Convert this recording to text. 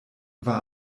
war